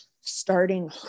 starting